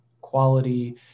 quality